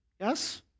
Yes